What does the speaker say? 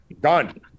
done